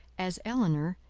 as elinor,